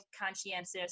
conscientious